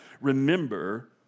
Remember